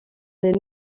les